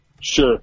Sure